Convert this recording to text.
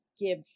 give